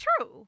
true